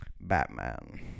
Batman